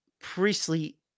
priestly